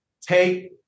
take